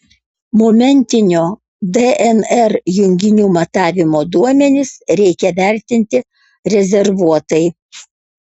momentinio dnr junginių matavimo duomenis reikia vertinti rezervuotai